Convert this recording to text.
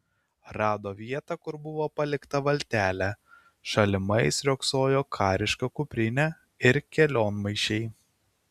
rado vietą kur buvo palikta valtelė šalimais riogsojo kariška kuprinė ir kelionmaišiai